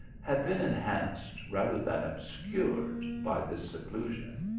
had been enhanced, rather than obscured by this seclusion.